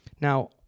Now